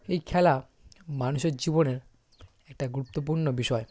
এই খেলা মানুষের জীবনের একটা গুরুত্বপূর্ণ বিষয়